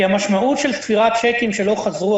כי המשמעות של ספירת צ'קים שלא חזרו,